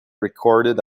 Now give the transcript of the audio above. recorded